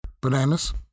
bananas